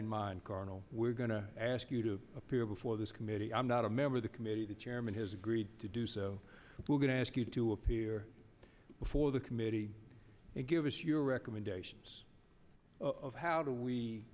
in mind carnal we're going to ask you to appear before this committee i'm not a member of the committee the chairman has agreed to do so we're going to ask you to appear before the committee and give us your recommendations of how do we